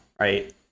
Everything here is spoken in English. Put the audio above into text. right